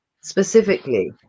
specifically